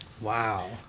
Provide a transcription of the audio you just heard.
Wow